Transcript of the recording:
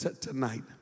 tonight